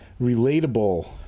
relatable